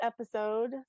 episode